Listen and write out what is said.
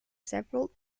several